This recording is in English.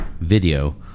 video